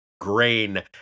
grain